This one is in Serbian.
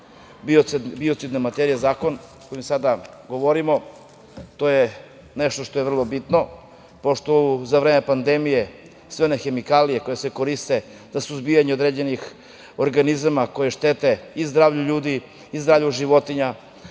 biocidnim materijama o kojem sada govorimo. To je nešto što je vrlo bitno, pošto za vreme pandemije sve one hemikalije koje se koriste za suzbijanje određenih organizama koji štete i zdravlju ljudi i zdravlju životinja,